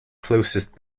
closest